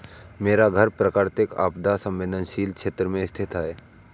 मेरा घर प्राकृतिक आपदा संवेदनशील क्षेत्र में स्थित है